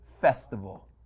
festival